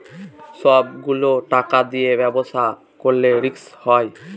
সব গুলো টাকা দিয়ে ব্যবসা করলে রিস্ক হয়